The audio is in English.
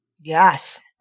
Yes